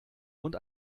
und